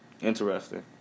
Interesting